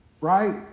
right